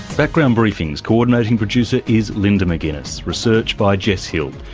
background briefing's coordinating producer is linda mcginness, research by jess hill,